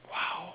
!wow!